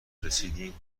رسیدیم